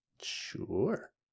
Sure